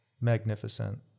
Magnificent